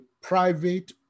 private